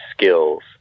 skills